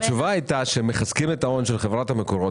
התשובה הייתה שהם מחזקים את ההון של חברת מקורות,